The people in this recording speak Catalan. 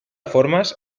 formes